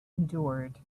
endured